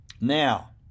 now